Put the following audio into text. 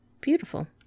Beautiful